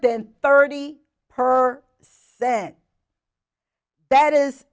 than thirty per cent that is